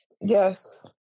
Yes